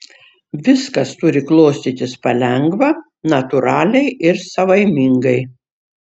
viskas turi klostytis palengva natūraliai ir savaimingai